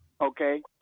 okay